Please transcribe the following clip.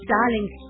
Darling